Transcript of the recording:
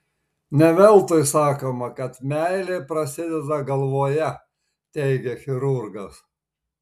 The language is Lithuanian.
ne veltui sakoma kad meilė prasideda galvoje teigia chirurgas